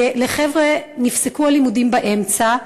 לחבר'ה נפסקו הלימודים באמצע,